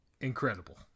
incredible